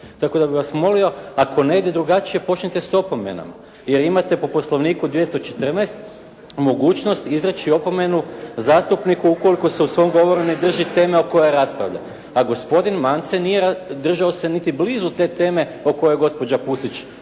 Tako da bih vas molio, ako ne ide drugačije, počnite sa opomenama. Jer imate po Poslovniku 214. mogućnost izreći opomenu zastupniku ukoliko se u svom govoru ne drži teme o kojoj raspravlja. A gospodin Mance nije držao se niti blizu te teme o kojoj je gospođa Pusić raspravljala.